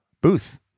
booth